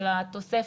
על התוספת,